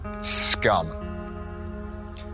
Scum